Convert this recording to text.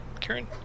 Karen